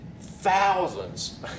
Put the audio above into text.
thousands